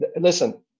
listen